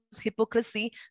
hypocrisy